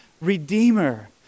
Redeemer